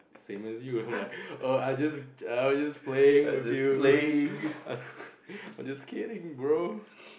same as you